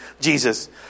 Jesus